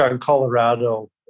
Colorado